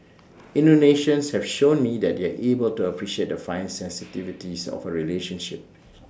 Indonesians have shown me that they are able to appreciate the fine sensitivities of A relationship